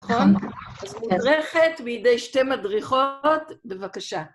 נכון. -אז מתודרכת בידי שתי מדריכות, בבקשה.